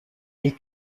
est